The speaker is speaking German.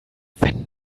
wenn